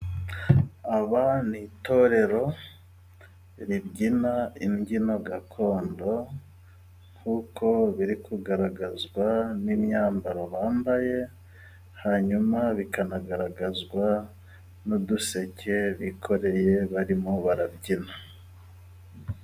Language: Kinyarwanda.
Aba ni itorero ribyina imbyino gakondo, nkuko biri kugaragazwa n'imyambaro bambaye ,hanyuma bikanagaragazwa n'uduseke bikoreye barimo barabyina.